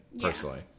personally